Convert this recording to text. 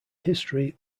history